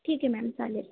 ठीक आहे मॅम चालेल